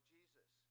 Jesus